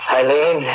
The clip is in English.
Eileen